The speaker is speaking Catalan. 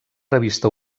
revista